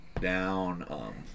down